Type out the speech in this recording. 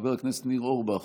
חבר הכנסת ניר אורבך,